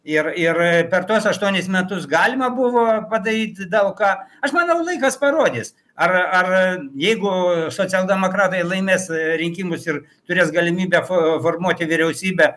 ir ir per tuos aštuonis metus galima buvo padaryt daug ką aš manau laikas parodys ar ar jeigu socialdemokratai laimės reikingus ir turės galimybę fo formuoti vyriausybę